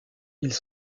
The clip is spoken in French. ils